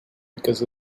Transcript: because